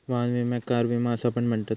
वाहन विम्याक कार विमा असा पण म्हणतत